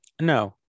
No